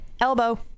Elbow